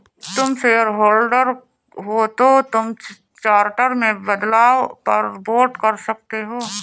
तुम शेयरहोल्डर हो तो तुम चार्टर में बदलाव पर वोट कर सकते हो